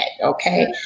Okay